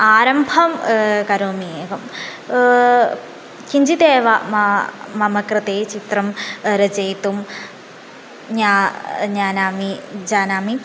आरम्भं करोमि एवं किञ्चिदेव मम मम कृते चित्रं रचयितुं ज्ञानं जानामि जानामि